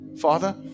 Father